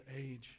age